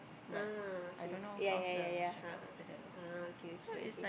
ah okay ya ya ya ya a'ah ah okay okay okay